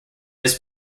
this